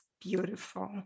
beautiful